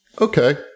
Okay